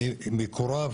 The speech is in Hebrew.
אני מקורב,